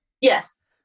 Yes